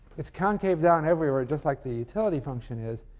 it's concave down everywhere, just like the utility function is,